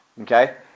Okay